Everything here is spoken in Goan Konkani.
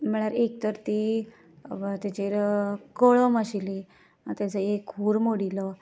म्हण्यार एक तर ती ताचेर कळम आशिल्ली ताचो एक हूर मोडिल्लो